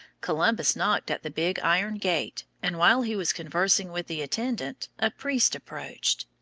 columbus knocked at the big iron gate, and while he was conversing with the attendant a priest approached.